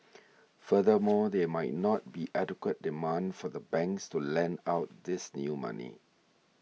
furthermore there might not be adequate demand for the banks to lend out this new money